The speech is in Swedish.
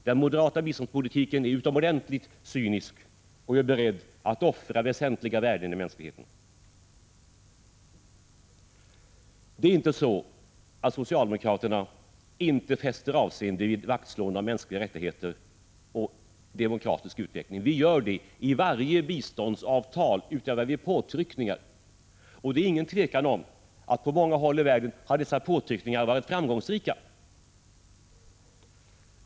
Den moderata biståndspolitiken är utomordentligt cynisk och är beredd att offra väsentliga värden hos mänskligheten. Det är inte så att socialdemokraterna inte fäster avseende vid ett vaktslående om mänskliga rättigheter och demokratisk utveckling. Vi gör det! I varje biståndsavtal utövar vi påtryckningar. Det är inget tvivel om att dessa påtryckningar på många håll i världen har varit framgångsrika.